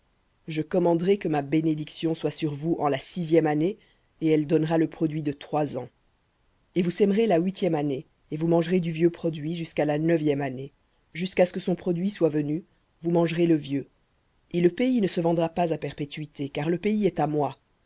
je commanderai que ma bénédiction soit sur vous en la sixième année et elle donnera le produit de trois ans et vous sèmerez la huitième année et vous mangerez du vieux produit jusqu'à la neuvième année jusqu'à ce que son produit soit venu vous mangerez le vieux et le pays ne se vendra pas à perpétuité car le pays est à moi